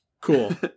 Cool